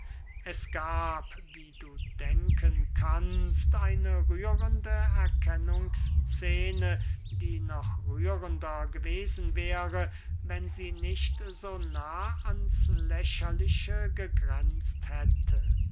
es gab wie du denken kannst eine rührende erkennungsscene die noch rührender gewesen wäre wenn sie nicht so nah ans lächerliche gegränzt hätte